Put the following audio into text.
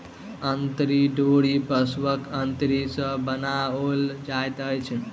अंतरी डोरी पशुक अंतरी सॅ बनाओल जाइत अछि